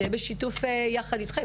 זה יהיה בשיתוף יחד איתכם.